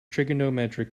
trigonometric